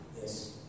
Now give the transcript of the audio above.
Yes